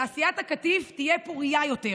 תעשיית הקטיף תהיה פורייה יותר.